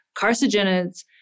carcinogens